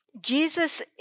Jesus